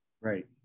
Right